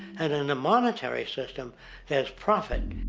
and in a monetary system there's profit.